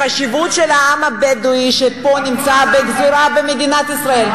את החשיבות של העם הבדואי שפה נמצא בפזורה במדינת ישראל,